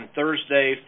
Thursday